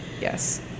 Yes